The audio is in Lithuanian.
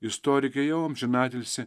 istorikė jau amžinatilsį